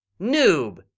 Noob